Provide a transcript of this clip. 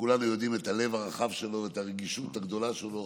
שכולנו יודעים על הלב הרחב שלו ועל הרגישות הגדולה שלו.